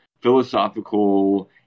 philosophical